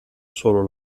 solo